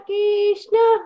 Krishna